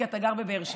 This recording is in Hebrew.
כי אתה גר בבאר שבע.